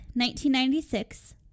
1996